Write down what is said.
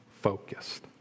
focused